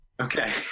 Okay